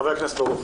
חבר הכנסת ברוכי.